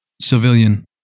civilian